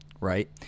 Right